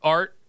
Art